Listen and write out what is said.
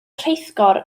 rheithgor